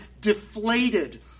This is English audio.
deflated